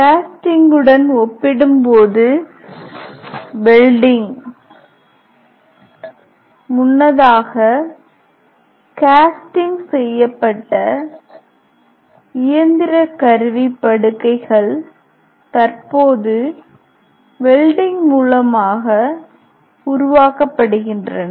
கேஸ்டிங்குடன் ஒப்பிடும்போது வெல்டிங் முன்னதாக கேஸ்டிங் செய்யப்பட்ட இயந்திர கருவி படுக்கைகள் தற்போது வெல்டிங் மூலமாக உருவாக்கப்படுகின்றன